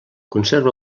conserva